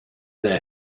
their